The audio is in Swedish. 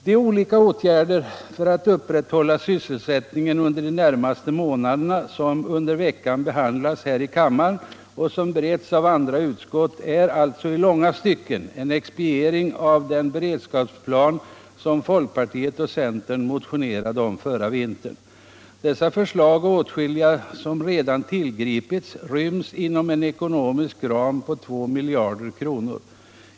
De olika åtgärder för att upprätthålla sysselsättningen under de närmaste månaderna som under veckan behandlas här i kammaren och som beretts i andra utskott är alltså i långa stycken en expediering av den beredskapsplan som folkpartiet och centern motionerade om förra vin tern. Dessa förslag och åtskilliga som redan satts i verket ryms inom en ekonomisk ram på 2 miljarder kronor.